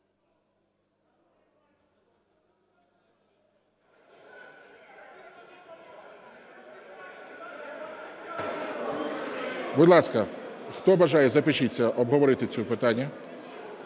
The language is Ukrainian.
Будь ласка, хто бажає, запишіться обговорити це питання.